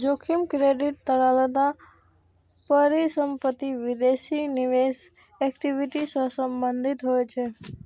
जोखिम क्रेडिट, तरलता, परिसंपत्ति, विदेशी निवेश, इक्विटी सं संबंधित होइ छै